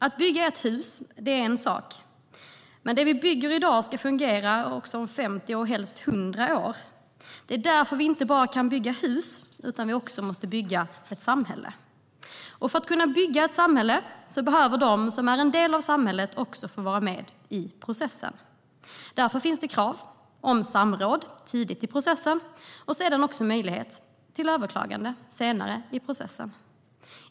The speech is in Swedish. Att bygga ett hus är en sak, men det vi bygger i dag ska fungera också om 50 år och helst 100 år. Det är därför vi inte bara kan bygga hus utan också måste bygga ett samhälle. För att kunna bygga ett samhälle behöver de som är en del av samhället också få vara en del av processen. Därför finns det krav på samråd tidigt i processen och möjlighet till överklagande senare i processen.